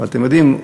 אתם יודעים,